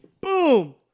Boom